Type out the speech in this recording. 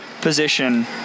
position